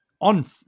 On